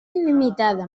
il·limitada